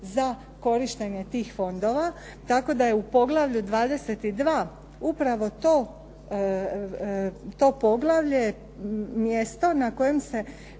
za korištenje tih fondova, tako da je u poglavlju 22. upravo to poglavlje je mjesto na kojem se